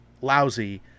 lousy